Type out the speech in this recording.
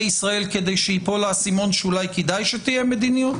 ישראל כדי שייפול האסימון שאולי כדאי שתהיה מדיניות?